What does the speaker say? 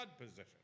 position